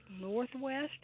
Northwest